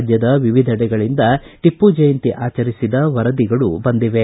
ರಾಜ್ಯದ ವಿವಿಧೆಡೆಗಳಿಂದ ಟಿಪ್ಪು ಜಯಂತಿ ಆಚರಿಸಿದ ವರದಿಗಳು ಬಂದಿವೆ